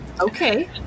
okay